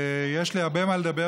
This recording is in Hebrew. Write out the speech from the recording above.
ויש לי הרבה מה לומר,